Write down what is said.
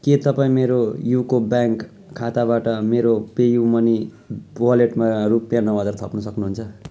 के तपाईँ मेरो युको ब्याङ्क खाताबाट मेरो पेयु मनी वालेटमा रुपियाँ नौ हजार थप्नु सक्नुहुन्छ